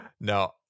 No